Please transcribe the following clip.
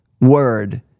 word